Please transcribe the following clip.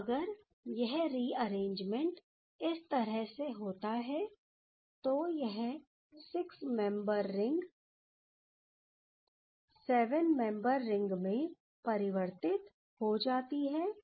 तो अगर यह रिअरेंजमेंट इस तरह से होता है तो यह six membered ring 7 member ring में परिवर्तित हो जाती है